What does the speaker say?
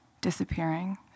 disappearing